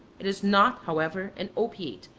it is not, however, an opiate,